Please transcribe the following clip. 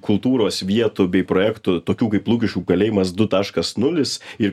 kultūros vietų bei projektų tokių kaip lukiškių kalėjimas du taškas nulis ir